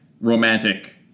romantic